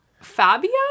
Fabio